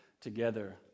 together